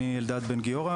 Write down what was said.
שמי אלדד בן גיורא,